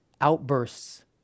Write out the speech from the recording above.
outbursts